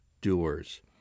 doers